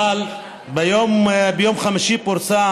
ביום חמישי פורסם